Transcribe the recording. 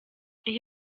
ich